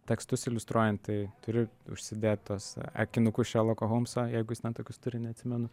tekstus iliustruojant tai turiu užsidėt tuos akinukus šerloko holmso jeigu jis ten tokius turi neatsimenu